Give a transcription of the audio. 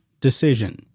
decision